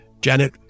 Janet